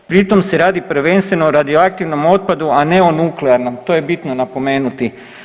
Pritom se radi prvenstveno o radioaktivnom otpadu, a ne o nuklearnom to je bitno napomenuti.